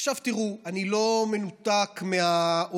עכשיו תראו, אני לא מנותק מהעולם.